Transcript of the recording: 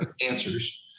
answers